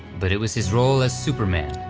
but it was his role as superman,